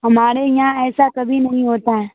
ہمارے یہاں ایسا کبھی نہیں ہوتا ہے